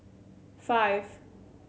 five